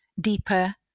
deeper